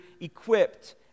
equipped